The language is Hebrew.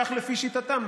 כך לפי שיטתם,